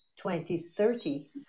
2030